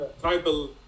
tribal